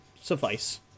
suffice